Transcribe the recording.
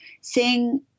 seeing